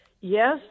Yes